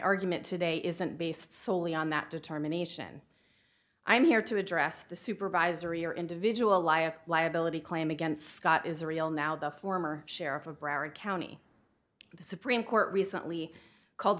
argument today isn't based solely on that determination i'm here to address the supervisory or individual liability claim against scott israel now the former sheriff of broward county the supreme court recently called